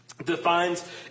Defines